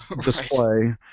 display